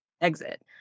exit